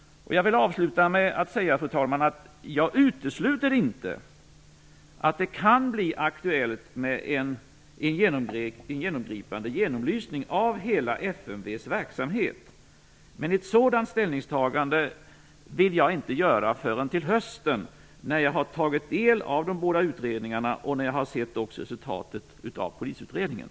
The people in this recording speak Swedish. Fru talman! Avslutningsvis vill jag säga att jag inte utesluter att en genomgripande genomlysning av hela FMV:s verksamhet kan bli aktuell. Men ett sådant ställningstagande vill jag inte göra förrän till hösten, när jag har tagit del av de båda utredningarna och när jag sett resultatet av polisutredningen.